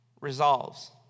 resolves